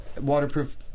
waterproof